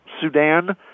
Sudan